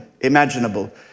imaginable